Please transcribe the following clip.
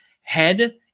head